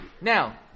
Now